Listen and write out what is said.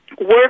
work